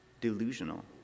delusional